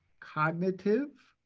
cognitive,